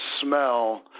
smell